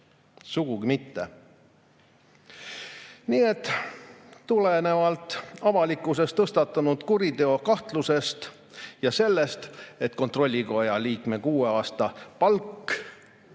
Sugugi mitte. Nii et tulenevalt avalikkuses tõstatatud kuriteokahtlusest ja sellest, et kontrollikoja liikme kuue aasta palk